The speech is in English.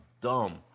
dumb